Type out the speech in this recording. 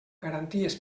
garanties